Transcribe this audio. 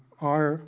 are